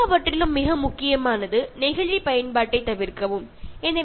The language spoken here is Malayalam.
ഏറ്റവും പ്രധാനപ്പെട്ട കാര്യം പ്ലാസ്റ്റിക്കിന്റെ ഉപയോഗം ഇല്ലാതാക്കുക എന്നതാണ്